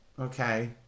Okay